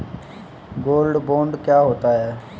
Gold bond क्या होता है?